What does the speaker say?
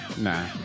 Nah